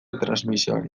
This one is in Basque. transmisioari